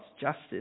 justice